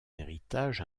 héritage